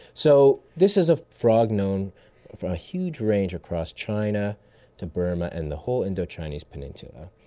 so this is a frog known from a huge range across china to burma and the whole indochinese peninsula.